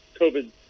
COVID